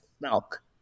milk